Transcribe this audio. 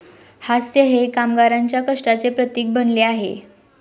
हास्य हे कामगारांच्या कष्टाचे प्रतीक बनले आहे